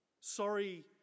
Sorry